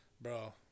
Bro